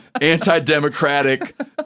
anti-democratic